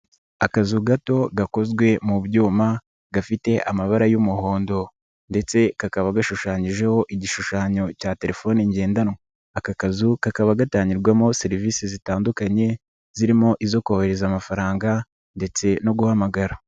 Akazu gato gakozwe mu byuma gafite amabara y'umuhondo ndetse kakaba gashushanyijeho igishushanyo cya terefoni ngendanwa aka kazu kakaba gatangirwamo serivisi zitandukanye zirimo izo kohereza amafaranga ndetse no guhamagara.